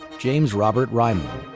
james robert reiman,